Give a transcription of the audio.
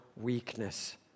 weakness